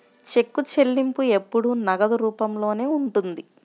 చెక్కు చెల్లింపు ఎల్లప్పుడూ నగదు రూపంలోనే ఉంటుంది